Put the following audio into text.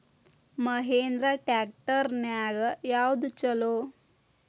Mahindra tractor ನ್ಯಾಗ ಯಾವ್ದ ಛಲೋ?